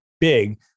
big